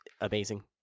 amazing